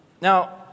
Now